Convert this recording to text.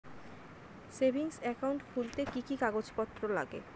Savings account খুলতে কি কি কাগজপত্র লাগে?